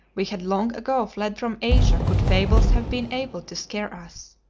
we had long ago fled from asia could fables have been able to scare us.